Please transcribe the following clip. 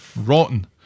rotten